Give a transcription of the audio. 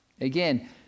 Again